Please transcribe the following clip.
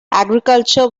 agriculture